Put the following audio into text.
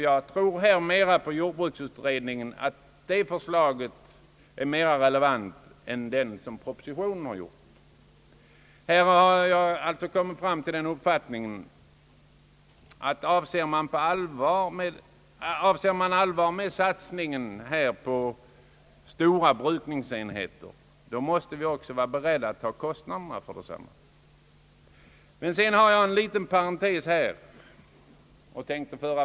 Jag anser att jordbruksutredningens förslag är mer relevant än det som har framlagts i propositionen. Jag har kommit fram till den uppfattningen att om man menar allvar med satsningen på stora brukningsenheter, måste man också vara beredd att ta kostnaderna härför.